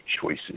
choices